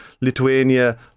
Lithuania